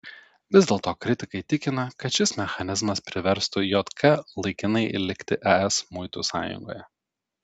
vis dėlto kritikai tikina kad šis mechanizmas priverstų jk laikinai likti es muitų sąjungoje